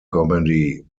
comedy